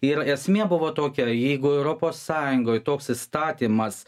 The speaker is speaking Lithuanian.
ir esmė buvo tokia jeigu europos sąjungoj toks įstatymas